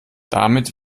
damit